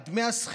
את דמי השכירות,